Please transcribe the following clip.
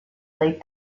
late